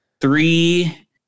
three